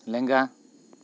ᱞᱮᱝᱜᱟ